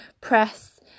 press